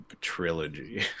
trilogy